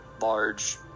large